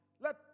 Let